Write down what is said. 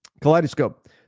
Kaleidoscope